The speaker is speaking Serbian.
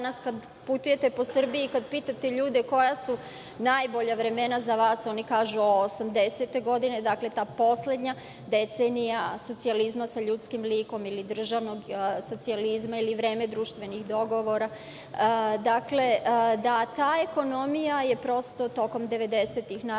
kada putujete po Srbiji i kada pitate ljude koja su najbolja vremena za vas, oni kažu 80-e godine, dakle ta poslednja decenija socijalizma sa ljudskim likom, ili državnog socijalizma, ili vreme društvenih dogovora. Dakle, ta ekonomija je prosto tokom 90-ih